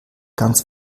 ganz